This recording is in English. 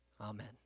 Amen